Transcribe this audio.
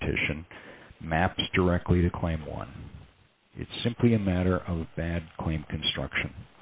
petition maps directly to claim one it's simply a matter of bad clean construction